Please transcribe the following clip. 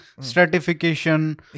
stratification